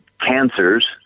cancers